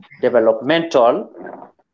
developmental